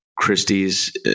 Christie's